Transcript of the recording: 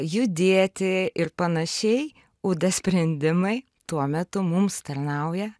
judėti ir panašiai ud sprendimai tuo metu mums tarnauja